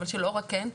אבל של אורה כן.